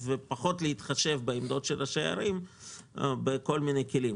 פחות להתחשב בעמדות של ראשי הערים בכל מיני כלים,